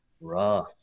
rough